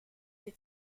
des